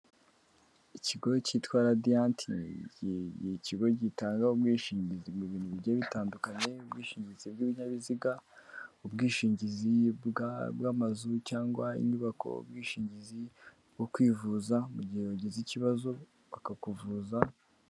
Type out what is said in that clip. Ikigo kitwa radiyanti, ni ikigo gitanga ubwishingizi mu bintu bigiye bitandukanye, ubwishingizi bw'ibinyabiziga, ubwishingizi bw'amazu, cyangwa inyubako, ubwishingizi bwo kwivuza, mu gihe wabagize ikibazo, bakakuvuza.